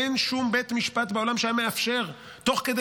אין שום בית משפט בעולם שהיה מאפשר תוך כדי